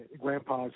Grandpa's